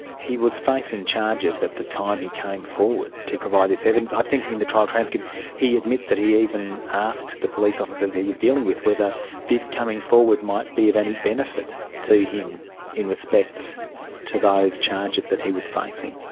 he was facing charges at the time he came forward to provide this evidence. i think in the trial transcript he admits that he even asked the police officers he was dealing with whether this coming forward might be of any benefit to him in respect to those charges that he was facing.